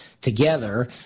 together